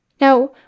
Now